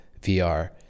VR